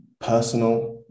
personal